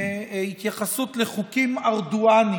התייחסות לחוקים ארדואניים.